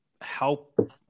help